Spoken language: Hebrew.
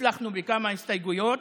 הצלחנו בכמה הסתייגויות.